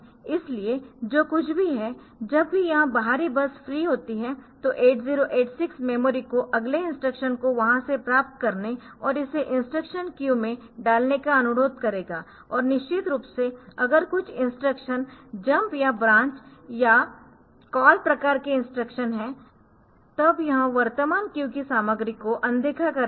इसलिए जो कुछ भी है जब भी यह बाहरी बस फ्री होती है तो 8086 मेमोरी को अगले इंस्ट्रक्शन को वहां से प्राप्त करने और इसे इंस्ट्रक्शन क्यू में डालने का अनुरोध करेगा और निश्चित रूप से अगर कुछ इंस्ट्रक्शन जंप या ब्रांच या कॉल प्रकार के इंस्ट्रक्शन है तब यह वर्तमान क्यू की सामग्री को अनदेखा कर देगा